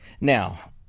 Now